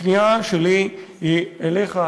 הפנייה שלי היא אליך,